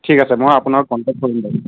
ঠিক আছে মই আপোনাক কণ্টেক্ট কৰিম বাৰু